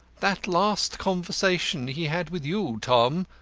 that last conversation he had with you, tom,